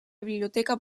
biblioteca